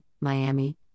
Miami